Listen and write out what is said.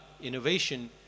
innovation